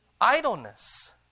idleness